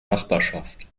nachbarschaft